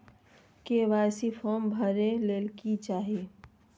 KYC form भरे ले कि चाही?